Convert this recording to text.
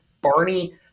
Barney